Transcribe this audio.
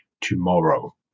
tomorrow